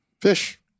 Fish